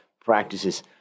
practices